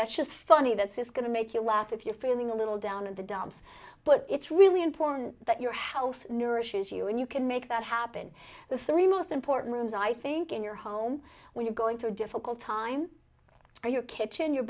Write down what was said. that's just funny that's just going to make you laugh if you're feeling a little down in the dumps but it's really important that your house nourishes you and you can make that happen the three most important rooms i think in your home when you're going through a difficult time are your kitchen your